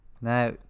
Now